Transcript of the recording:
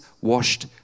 washed